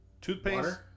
toothpaste